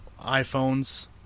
iPhones